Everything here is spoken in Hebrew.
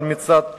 אבל מצד שני,